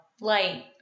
light